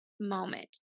moment